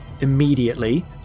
immediately